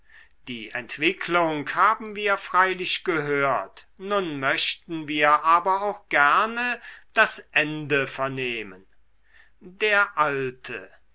die entwicklung haben wir freilich gehört nun möchten wir aber auch gerne das ende vernehmen der alte